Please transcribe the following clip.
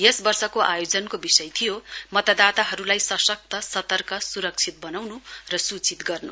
यस वर्षको आयोजनको विषय थियो मतदाताहरूलाई सशक्त सतर्क सुरक्षित बनाउनु र सूचित गर्नु